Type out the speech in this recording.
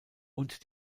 und